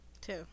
two